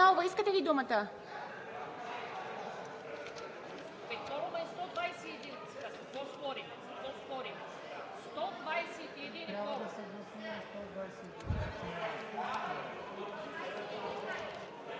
искате ли думата?